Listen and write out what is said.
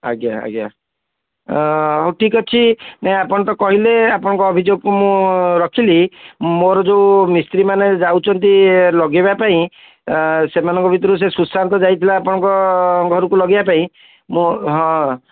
ଆଜ୍ଞା ଆଜ୍ଞା ହେଉ ଠିକ୍ଅଛି ଯାହା ଆପଣ ତ କହିଲେ ଆପଣଙ୍କ ଅଭିଯୋଗକୁ ମୁଁ ରଖିଲି ମୋର ଯେଉଁ ମିସ୍ତ୍ରୀମାନେ ଯାଉଛନ୍ତି ଲଗାଇବା ପାଇଁ ଏ ସେମାନଙ୍କ ଭିତରୁ ସେ ସୁଶାନ୍ତ ଯାଇଥିଲା ଆପଣଙ୍କ ଘରକୁ ଲଗାଇବା ପାଇଁ ମୁଁ ହଁ